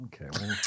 Okay